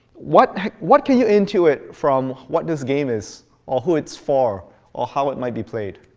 what what can you intuit from what this game is or who it's for or how it might be played?